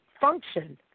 function